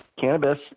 cannabis